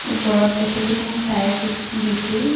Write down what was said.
ওপৰত তেখেতেই মোক চাই চি দিছিল